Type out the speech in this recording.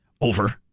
Over